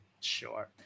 Sure